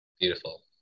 Beautiful